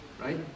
Right